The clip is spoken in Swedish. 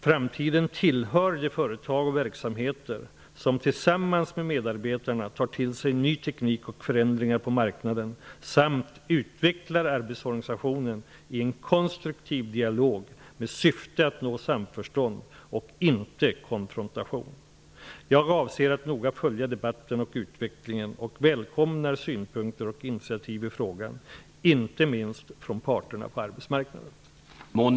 Framtiden tillhör de företag och verksamheter som tillsammans med medarbetarna tar till sig ny teknik och förändringar på marknaden samt utvecklar arbetsorganisationen i en konstruktiv dialog med syfte att nå samförstånd och inte konfrontation. Jag avser att noga följa debatten och utvecklingen och välkomnar synpunkter och initiativ i frågan, inte minst från parterna på arbetsmarknaden.